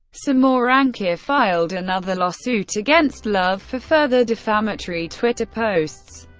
simorangkir filed another lawsuit against love for further defamatory twitter posts,